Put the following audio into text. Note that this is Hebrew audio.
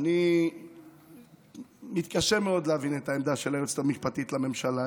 אני מתקשה מאוד להבין את העמדה של היועצת המשפטית לממשלה.